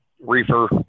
reefer